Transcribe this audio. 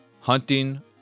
hunting